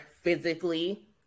physically